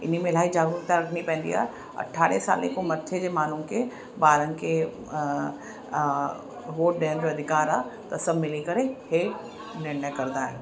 इन में इलाही जागरुकता रखणी पवंदी आहे अरिड़हं साल खां मथे जे माण्हुनि खे ॿारनि खे वोट ॾियण जो अधिकार आहे त सभु मिली करे इहे निर्णय कंदा आहियूं